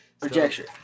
Projection